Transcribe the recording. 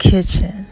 Kitchen